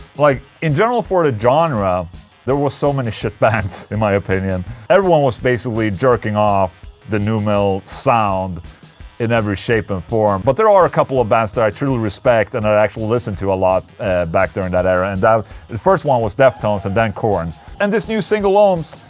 like. in general for the genre there were so many shit bands in my opinion everyone was basically jerking off the nu metal sound in every shape and form but there are a couple of bands that i truly respect and i actually listened to a lot back during that era and the first one was deftones and then korn and this new single ohms.